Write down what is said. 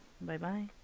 Bye-bye